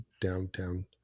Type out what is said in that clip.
downtown